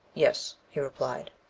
yes, he replied.